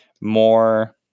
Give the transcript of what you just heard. more